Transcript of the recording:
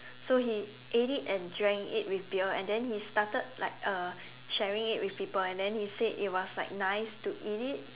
so he ate it and drank it with beer and then he started like uh sharing it with people and then he said it was like nice to eat it